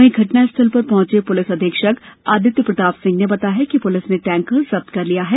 वहीं घटना स्थल पर पहुंचे पुलिस अधीक्षक आदित्य प्रताप सिंह ने बताया कि पुलिस ने टैंकर जब्त कर लिया है